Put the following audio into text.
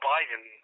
Biden